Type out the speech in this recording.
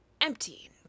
empty